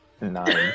nine